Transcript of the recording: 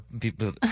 people